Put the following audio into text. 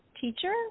teacher